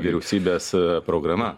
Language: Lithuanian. vyriausybės programa